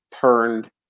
turned